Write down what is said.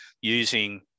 using